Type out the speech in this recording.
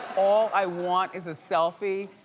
all i want is a selfie?